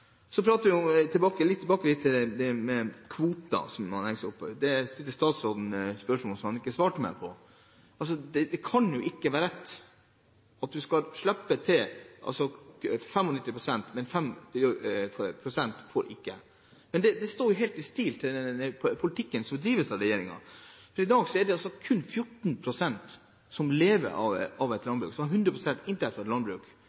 Så her leverer markedsregulatoren noe som ikke er bra, og som går ut over de andre. Så litt tilbake til dette med kvoter, som man henger seg opp i, og det spørsmålet som statsråden ikke svarte meg på. Det kan jo ikke være rett at man skal slippe til 95 pst., mens 5 pst. ikke får. Men det står helt i stil med den politikken som drives av regjeringen, for i dag er det altså kun 14 pst. som lever av landbruk,